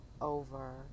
over